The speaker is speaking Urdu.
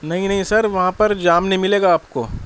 نہیں نہیں سر وہاں پر جام نہیں ملے گا آپ کو